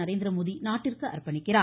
நரேந்திரமோடி நாட்டிற்கு அர்ப்பணிக்கிறார்